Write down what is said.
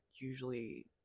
usually